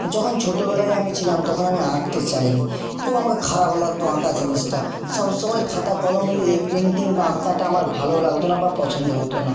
যখন ছোটোবেলায় আমি ছিলাম তখন আমি আঁকতে চাইনি খুব আমাকে খারাপ লাগদো আঁকা জিনিসটা সব সময় খাতা কলম নিয়ে পেন্টিং বা আঁকাটা আমার ভালো লাগতো না বা পছন্দ হতো না